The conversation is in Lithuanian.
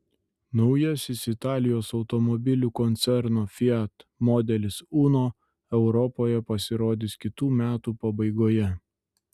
naujasis italijos automobilių koncerno fiat modelis uno europoje pasirodys kitų metų pabaigoje